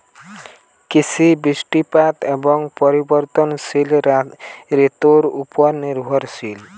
কৃষি বৃষ্টিপাত এবং পরিবর্তনশীল ঋতুর উপর নির্ভরশীল